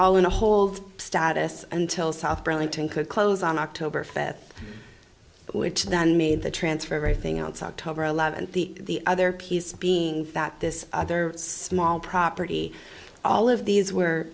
all in a hold status until south burlington could close on october fifth which then made the transfer everything else october eleventh the other piece being that this other small property all of these were